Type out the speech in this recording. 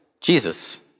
Jesus